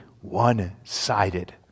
one-sided